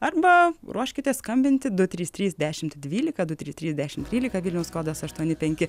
arba ruoškitės skambinti du trys trys dešimt dvylika du trys trys dešim trylika vilniaus kodas aštuoni penki